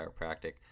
chiropractic